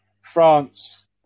France